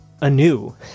anew